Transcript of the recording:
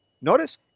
Notice